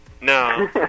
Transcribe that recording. no